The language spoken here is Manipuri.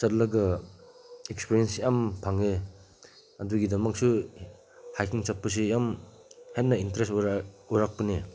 ꯆꯠꯂꯒ ꯑꯦꯛꯁꯄꯤꯔꯤꯌꯦꯟꯁ ꯌꯥꯝ ꯐꯪꯉꯦ ꯑꯗꯨꯒꯤꯗꯃꯛꯁꯨ ꯍꯥꯏꯀꯤꯡ ꯆꯠꯄꯁꯤ ꯌꯥꯝ ꯍꯦꯟ ꯏꯟꯇꯔꯦꯁ ꯑꯣꯏꯔꯛꯄꯅꯦ